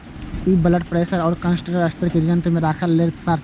ई blood pressure आ cholesterol स्तर कें नियंत्रण मे राखै लेल सार्थक छै